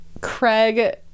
Craig